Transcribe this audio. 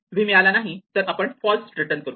V मिळाला नाही तर आपण ट्रू रिटर्न करू